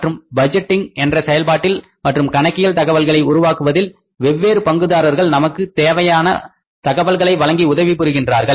மற்றும் பட்ஜெட்டிங் என்ற செயல்ப்பாட்டில் மற்றும் கணக்கியல் தகவல்களை உருவாக்குவதில் வெவ்வேறு பங்குதாரர்கள் நமக்கு தேவையான தகவல்களை வழங்கி உதவி புரிகிறார்கள்